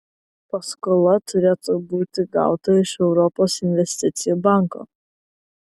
paskola turėtų būti gauta iš europos investicijų banko